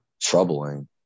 troubling